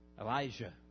Elijah